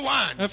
one